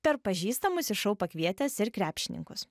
per pažįstamus į šou pakvietęs ir krepšininkus